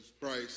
Christ